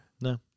No